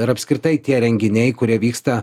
ir apskritai tie renginiai kurie vyksta